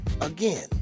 again